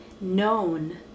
known